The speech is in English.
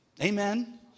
amen